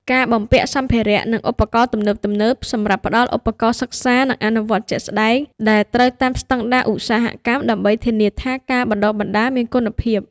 ការបំពាក់សម្ភារៈ និងឧបករណ៍ទំនើបៗ សម្រាប់ផ្តល់ឧបករណ៍សិក្សា និងអនុវត្តជាក់ស្តែងដែលត្រូវតាមស្តង់ដារឧស្សាហកម្ម ដើម្បីធានាថាការបណ្តុះបណ្តាលមានគុណភាព។